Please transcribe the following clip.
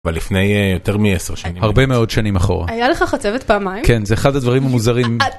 אבל לפני יותר מעשר שנים, הרבה מאוד שנים אחורה, היה לך חצבת פעמיים? כן, זה אחד הדברים המוזרים.